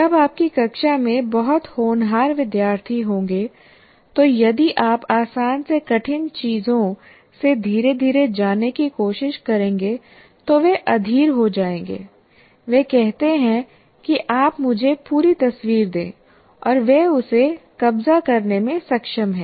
जब आपकी कक्षा में बहुत होनहार विद्यार्थी होंगे तो यदि आप आसान से कठिन चीजों से धीरे धीरे जाने की कोशिश करेंगे तो वे अधीर हो जाएंगे वे कहते हैं कि आप मुझे पूरी तस्वीर दें और वे उसे कबज़ा करने में सक्षम हैं